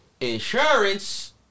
insurance